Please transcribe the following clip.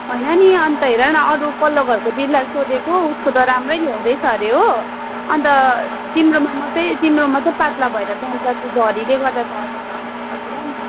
होइन नि अन्त हेर न अरू पल्लो घरको दिदीलाई सोधेको उसको त राम्रै ल्याउँदैछ हरे हो अन्त तिम्रोमा मात्रै तिम्रोमा मात्र पत्ला भएर त अन्त झरीले गर्दा त होइन रहेछ नि